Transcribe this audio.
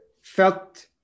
felt